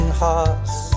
hearts